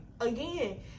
again